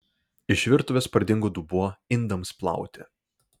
iš virtuvės pradingo dubuo indams plauti